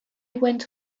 went